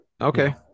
okay